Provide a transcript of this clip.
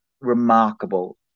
remarkable